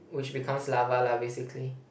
which becomes lava lah basically